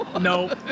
no